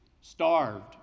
starved